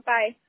Bye